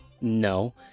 No